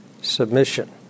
Submission